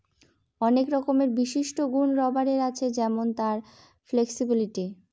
অনেক রকমের বিশিষ্ট গুন রাবারের আছে যেমন তার ফ্লেক্সিবিলিটি